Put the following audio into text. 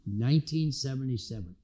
1977